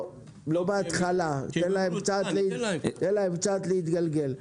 לא בהתחלה, תן להם קצת להתגלגל.